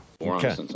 Okay